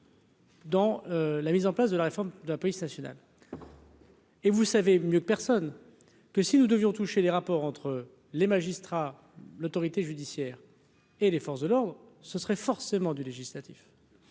Dans la mise en place de la réforme de la police nationale. Et vous savez mieux que personne que si nous devions toucher les rapports entre les magistrats, l'autorité judiciaire. Et les forces de l'ordre, ce serait forcément du législatif,